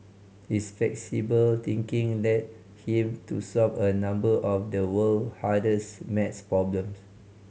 his flexible thinking led him to solve a number of the world hardest maths problem